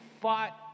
fought